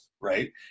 Right